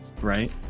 right